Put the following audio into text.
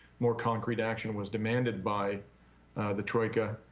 more concrete action was demanded by the troika,